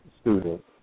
student